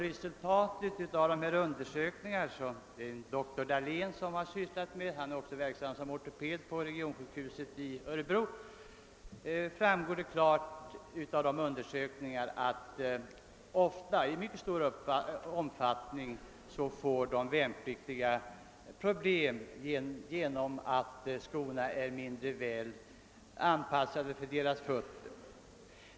Dessa undersökningar har genomförts av dr Dahlén, också verk: sam som ortoped på regionsjukhuset' i Örebro, och av deras resultat framgår klart att de värnpliktiga i mycket stör omfattning får problem genom att.skorna är mindre väl anpassade för deras fötter.